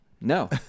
no